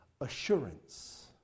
assurance